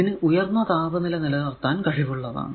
ഇതിനു ഉയർന്ന താപനില നിലനിർത്താൻ കഴിവുള്ളതാണ്